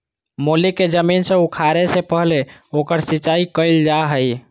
मूली के जमीन से उखाड़े से पहले ओकर सिंचाई कईल जा हइ